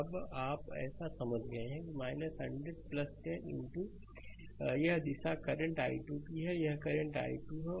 अब आप ऐसा समझ गए हैं 100 10 यह दिशा करंट i2 की है यह करंटi2 है